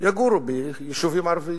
יגורו ביישובים ערביים,